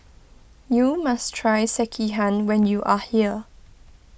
you must try Sekihan when you are here